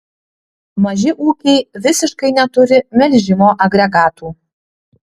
maži ūkiai visiškai neturi melžimo agregatų